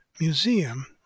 museum